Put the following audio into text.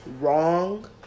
wrong